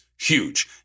huge